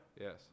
Yes